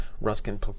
Ruskin